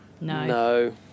No